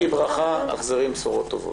שאי ברכה, תחזרי עם בשורות טובות.